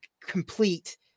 complete